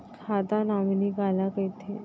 खाता नॉमिनी काला कइथे?